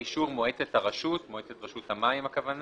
באישור מועצת הרשות" -- מועצת רשות המים הכוונה